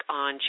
on